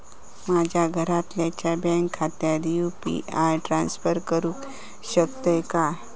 माझ्या घरातल्याच्या बँक खात्यात यू.पी.आय ट्रान्स्फर करुक शकतय काय?